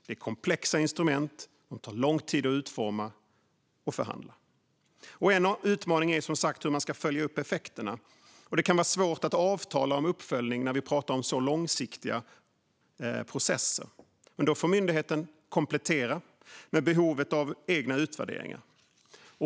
Det är komplexa instrument som tar lång tid att utforma och förhandla. En av utmaningarna är hur man ska följa upp effekterna. Det kan vara svårt att avtala om uppföljning när vi pratar om så långsiktiga processer. Men då får myndigheten komplettera med behovet av egna utvärderingar.